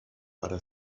para